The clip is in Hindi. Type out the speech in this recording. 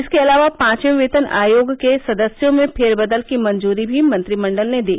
इसके अलावा पाचवे वेतन आयोग के सदस्यों में फेर बदल की मंजूरी भी मंत्रिमण्डल ने दी